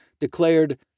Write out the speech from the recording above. declared